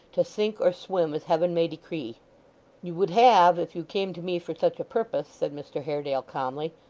to sink or swim as heaven may decree you would have, if you came to me for such a purpose said mr haredale calmly,